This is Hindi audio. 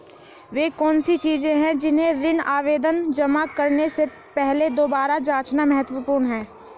वे कौन सी चीजें हैं जिन्हें ऋण आवेदन जमा करने से पहले दोबारा जांचना महत्वपूर्ण है?